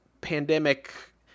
pandemic